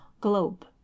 globe